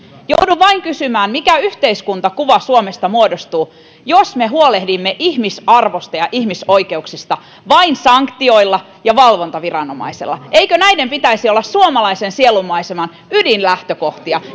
joudun vain kysymään mikä yhteiskuntakuva suomesta muodostuu jos me huolehdimme ihmisarvosta ja ihmisoikeuksista vain sanktioilla ja valvontaviranomaisella eikö näiden ikäihmisistä huolehtimisen pitäisi olla suomalaisen sielunmaiseman ydinlähtökohtia